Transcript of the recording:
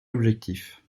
objectif